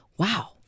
Wow